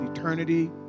Eternity